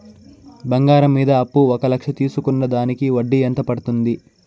బంగారం మీద అప్పు ఒక లక్ష తీసుకున్న దానికి వడ్డీ ఎంత పడ్తుంది?